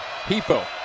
Pifo